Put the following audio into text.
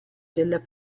della